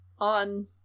on